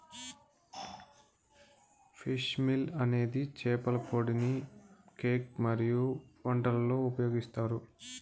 fish meal అనేది చేపల పొడిని కేక్ మరియు వంటలలో ఉపయోగిస్తారు